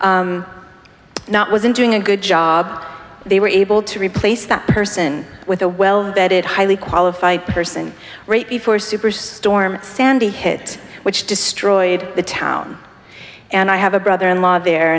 not was in doing a good job they were able to replace that person with a well vetted highly qualified person right before superstorm sandy hit which destroyed the town and i have a brother in law there